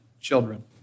children